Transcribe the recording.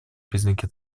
признаки